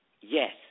Yes